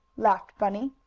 laughed bunny.